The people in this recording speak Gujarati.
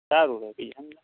સારું રહે બીજું શું